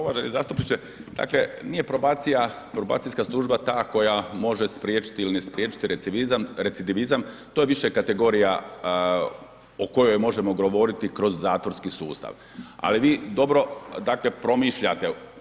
Uvaženi zastupniče, dakle nije probacija, probacijska služba ta koja može spriječiti ili ne spriječiti recidivizam to je više kategorija o kojoj možemo govoriti kroz zatvorski sustav, ali vi dobro dakle promišljate.